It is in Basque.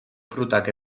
frutak